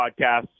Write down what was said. podcast